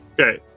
Okay